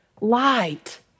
light